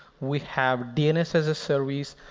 we have dns as a service.